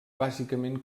bàsicament